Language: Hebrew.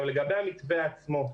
לגבי המתווה עצמו.